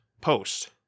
post